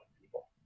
people